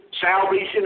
salvation